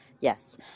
yes